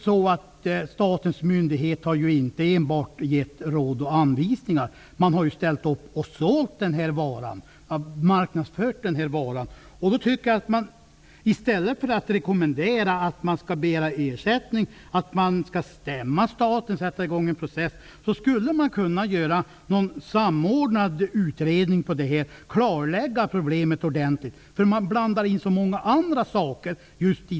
Statens myndighet har ju inte enbart givit råd och anvisningar utan har också marknadsfört och sålt denna vara. I stället för att rekommendera att skogsägaren skall stämma staten och begära ersättning, skulle man kunna starta en samordnad utredning och klarlägga problemet ordentligt. Man blandar in så många andra saker.